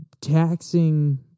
taxing